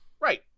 right